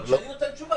אבל כשאני נותן תשובה,